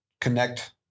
connect